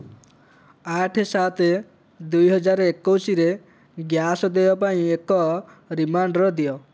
ଆଠ ସାତ ଦୁଇ ହଜାର ଏକୋଇଶରେ ଗ୍ୟାସ୍ ଦେୟ ପାଇଁ ଏକ ରିମାଇଣ୍ଡର୍ ଦିଅ